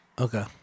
okay